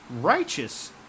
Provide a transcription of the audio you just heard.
righteous